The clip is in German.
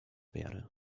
wäre